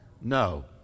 No